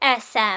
SM